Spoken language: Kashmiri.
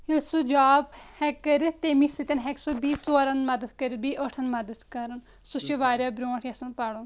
سُہ جاب ہٮ۪کہِ کٔرِتھ تَمہِ سۭتۍ ہٮ۪کہِ سُہ بیٚیہِ ژورَن مدد کٔرِتھ بیٚیہِ ٲٹھن مدد کرُن سُہ چھُ واریاہ برونٛٹھ یژھان پَرُن